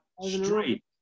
straight